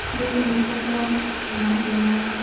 ᱫᱤᱭᱮ ᱩᱱᱠᱩ ᱠᱚ ᱮᱢᱟᱫᱤᱧᱟ